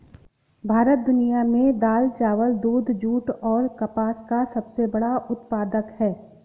भारत दुनिया में दाल, चावल, दूध, जूट और कपास का सबसे बड़ा उत्पादक है